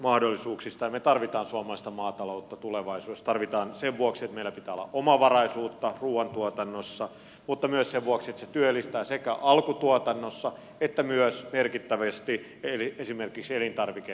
me tarvitsemme suomalaista maataloutta tulevaisuudessa tarvitsemme sen vuoksi että meillä pitää olla omavaraisuutta ruoantuotannossa mutta myös sen vuoksi että se työllistää sekä alkutuotannossa että merkittävästi myös esimerkiksi elintarviketeollisuudessa